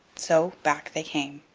so back they came.